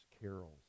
carols